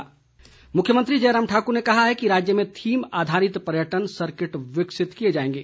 पर्यटन मुख्यमंत्री जयराम ठाक्र ने कहा है कि राज्य में थीम आधारित पर्यटन सर्किट विकसित किए जाएंगे